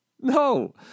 No